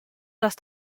dass